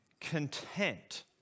content